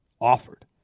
offered